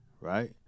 right